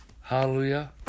Hallelujah